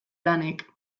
lanek